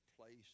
place